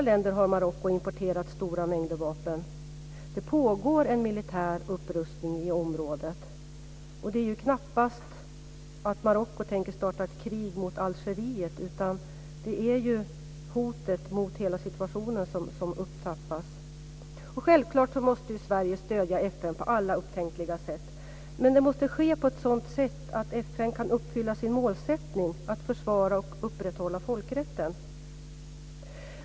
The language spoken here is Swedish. Det pågår en militär upprustning i området. Och Marocko tänker knappast starta ett krig mot Algeriet, utan hotet mot hela situationen trappas upp. Självklart måste Sverige stödja FN på alla upptänkliga sätt. Men det måste ske på ett sådant sätt att FN kan uppfylla sin målsättning att försvara och upprätthålla folkrätten.